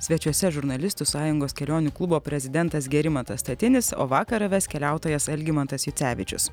svečiuose žurnalistų sąjungos kelionių klubo prezidentas gerimantas statinis o vakarą ves keliautojas algimantas jucevičius